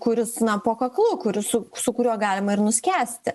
kuris na po kaklu kuris su su kuriuo galima ir nuskęsti